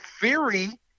theory